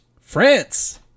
France